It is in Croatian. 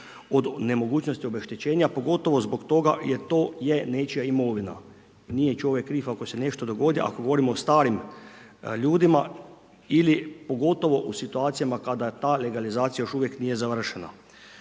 od nemogućnosti obeštećenja, pogotovo zbog toga jer to je nečija imovina. Nije čovjek kriv ako se nešto dogodi, ako govorimo o starim ljudima ili pogotovo u situacijama kada je ta legalizacija još uvijek nije završena.